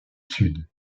sud